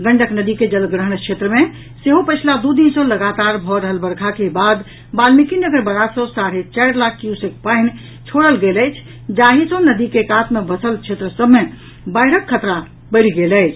गंडक नदी के जलग्रहण क्षेत्र मे सेहो पछिला दू दिन सँ लगातार भऽ रहल वर्षा के बाद वाल्मीकिनगर बराज सँ साढ़े चारि लाख क्यूसेक पानि छोड़ल गेल अछि जाहि सँ नदी के कात मे बसल क्षेत्र सभ मे बाढ़िक खतरा बढ़ि गेल अछि